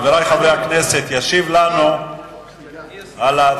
מה קרה, חברי חברי הכנסת, אלה שבמרכז האולם?